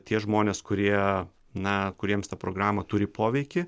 tie žmonės kurie na kuriems ta programa turi poveikį